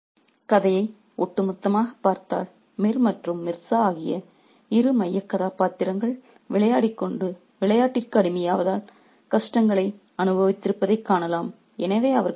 refer slide time 4751 கதையை ஒட்டுமொத்தமாகப் பார்த்தால் மிர் மற்றும் மிர்சா ஆகிய இரு மையக் கதாபாத்திரங்கள் விளையாட்டிற்கு அடிமையாவதால் கஷ்டங்களை அனுபவித்திருப்பதைக் காணலாம்